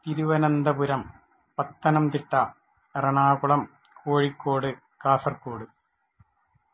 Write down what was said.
Thiruvananthapuram Pathanamthitta Ernakulam Kozhikode Kasaragod